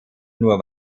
nur